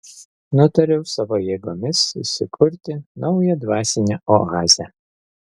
nutariau savo jėgomis susikurti naują dvasinę oazę